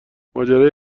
ماجرای